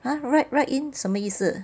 !huh! write write in 什么意思